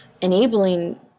enabling